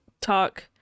talk